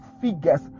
figures